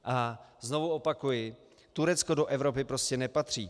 A znovu opakuji, Turecko do Evropy prostě nepatří.